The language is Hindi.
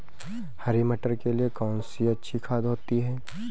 हरी मटर के लिए कौन सी खाद अच्छी होती है?